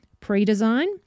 pre-design